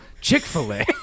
Chick-fil-A